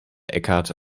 eckhart